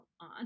on